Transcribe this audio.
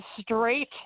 straight